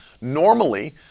normally